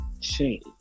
change